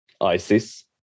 ISIS